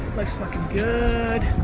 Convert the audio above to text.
life's fucking good.